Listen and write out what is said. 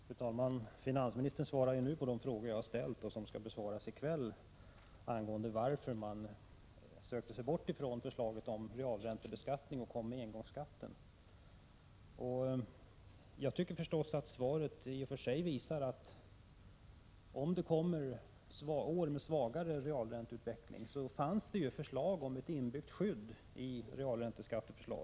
Fru talman! Finansministern svarar nu på de frågor jag ställt och som skall besvaras i kväll angående varför man sökte sig bort från förslaget om realräntebeskattning och kom med förslag till engångsskatt. Svaret visar att det i förslaget till realränteskatt fanns inbyggt ett skydd vad gäller år med en svagare realränteutveckling.